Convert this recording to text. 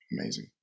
Amazing